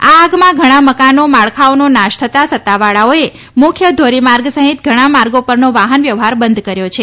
આ આગમાં ઘણા મકાનો માળખાઓનો નાશ થતાં સત્તાવાળાઓએ મુખ્ય ધોરી માર્ગ સહિત ઘણા માર્ગો પરનો વાહન વ્યવહાર બંધ કર્યો છે